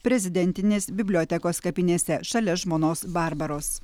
prezidentinės bibliotekos kapinėse šalia žmonos barbaros